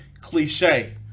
cliche